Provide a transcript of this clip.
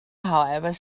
however